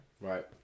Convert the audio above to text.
Right